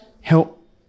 help